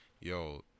Yo